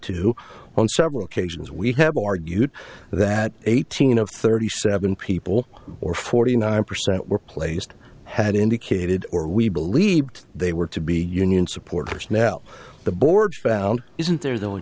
to on several occasions we have argued that eighteen of thirty seven people or forty nine percent were placed had indicated or we believed they were to be union supporters now the board found isn't there th